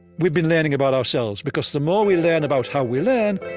we've been learning about ourselves. because the more we learn about how we learn,